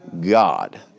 God